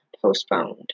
postponed